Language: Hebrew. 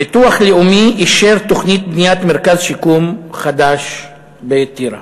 ביטוח לאומי אישר תוכנית בניית מרכז שיקום חדש בטירה.